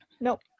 nope